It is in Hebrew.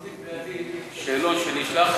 סגן השר.